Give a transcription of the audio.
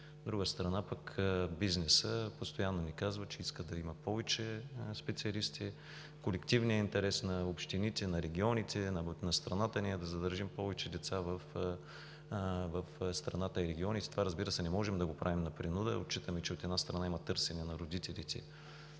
друга страна пък, бизнесът постоянно ни казва, че иска да има повече специалисти. Колективният интерес на общините, на регионите ни е да задържим повече деца в страната и регионите. Това, разбира се, не можем да го правим по принуда. Отчитаме, че, от една страна, има търсене на родителите